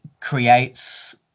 creates